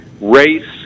race